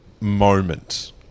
moment